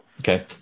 Okay